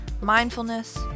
mindfulness